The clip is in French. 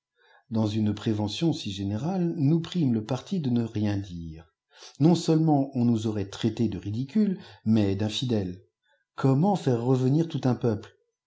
dans une prévention si générale nous primes le parti de ne rien dire non-seulement on nous aurait traités de ridicules nais dmnficlèles comment faire revenir tout un peuple